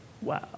Wow